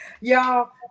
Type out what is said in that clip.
y'all